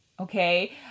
Okay